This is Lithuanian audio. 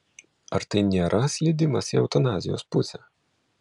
ar tai nėra slydimas į eutanazijos pusę